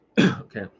okay